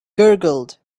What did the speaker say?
gurgled